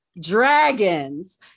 dragons